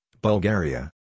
Bulgaria